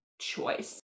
choice